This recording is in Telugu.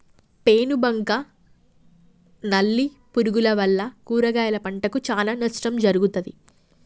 పేను బంక నల్లి పురుగుల వల్ల కూరగాయల పంటకు చానా నష్టం జరుగుతది